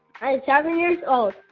kind of seven years old.